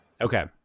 Okay